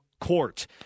court